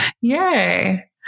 Yay